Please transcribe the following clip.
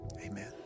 Amen